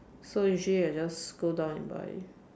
so usually I just go down and buy